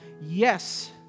Yes